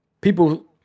people